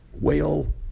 whale